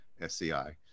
sci